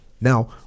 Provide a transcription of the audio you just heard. Now